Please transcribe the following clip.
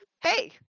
hey